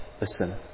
listen